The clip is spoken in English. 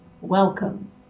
welcome